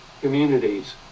communities